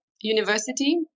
University